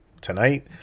tonight